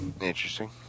Interesting